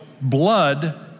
blood